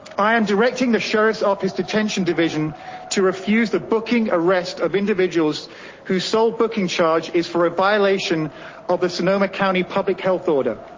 i am directing the sheriff's office detention division to refuse the booking arrest of individuals who sold booking charge is for a violation of the sonoma county public health order.